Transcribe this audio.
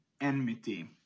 enmity